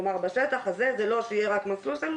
כלומר בשטח הזה זה לא שיהיה רק מסלול שם,